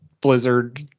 blizzard